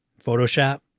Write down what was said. Photoshop